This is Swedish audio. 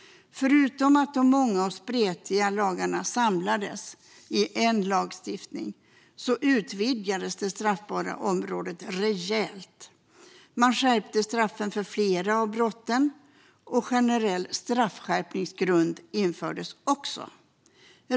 Förutom att de många och spretiga lagarna samlades i en lagstiftning utvidgades det straffbara området rejält. Man skärpte straffen för flera av brotten, och en generell straffskärpningsgrund infördes.